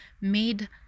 made